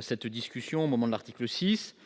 cette discussion au moment de l'article 6,